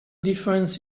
difference